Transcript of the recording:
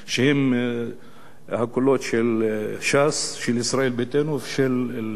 שהם הקולות של ש"ס, של ישראל ביתנו וקדימה.